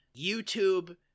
YouTube